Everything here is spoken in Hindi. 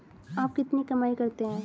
आप कितनी कमाई करते हैं?